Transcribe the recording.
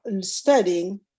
studying